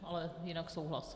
Ale jinak souhlas.